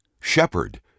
shepherd